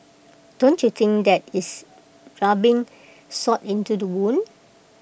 don't you think that is rubbing salt into the wound